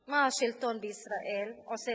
מה השלטון בישראל עושה לפלסטינים,